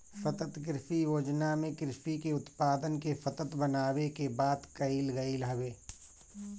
सतत कृषि योजना में कृषि के उत्पादन के सतत बनावे के बात कईल गईल हवे